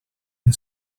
and